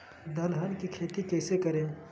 दलहन की खेती कैसे करें?